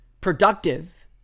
productive